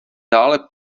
dále